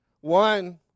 One